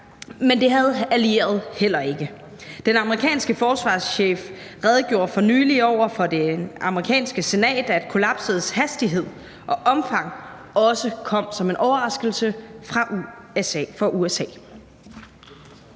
men det havde de allierede heller ikke. Den amerikanske forsvarschef redegjorde for nylig over for det amerikanske senat for, at kollapsets hastighed og omfang også kom som en overraskelse for USA.